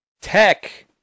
tech